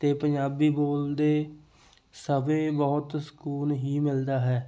ਅਤੇ ਪੰਜਾਬੀ ਬੋਲਦੇ ਸਮੇਂ ਬਹੁਤ ਸਕੂਨ ਹੀ ਮਿਲਦਾ ਹੈ